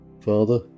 Father